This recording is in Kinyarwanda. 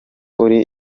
uriye